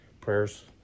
prayers